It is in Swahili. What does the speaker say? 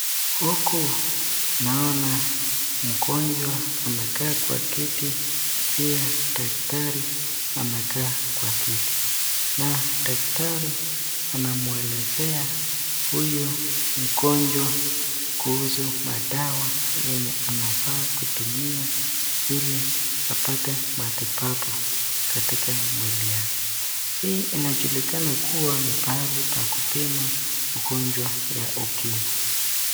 Huku naona mgonjwa amekaa kwa kiti, pia daktari amekaa kwa kiti, na daktari anamwelezea huyu mgonjwa kuhusu madawa yenye anafaa kutumia, ili apate matibabu katika mwili yake, hii inajulikana kuwa ni pahali pa kupima ukimwi.